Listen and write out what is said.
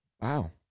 Wow